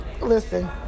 Listen